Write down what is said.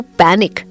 panic